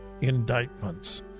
indictments